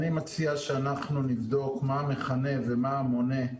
אני מציע שאנחנו נבדוק מה המכנה ומה המונה.